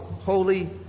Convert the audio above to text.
holy